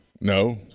No